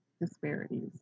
disparities